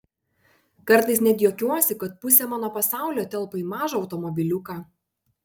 kartais net juokiuosi kad pusė mano pasaulio telpa į mažą automobiliuką